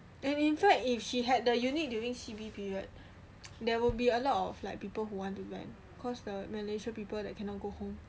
and in fact if she had the unit during C_B period there will be a lot of like people who want to rent cause the Malaysia people that cannot go home